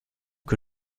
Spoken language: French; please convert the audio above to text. que